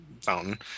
fountain